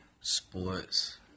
Sports